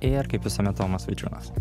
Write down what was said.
ir kaip visuomet tomas vaičiūnas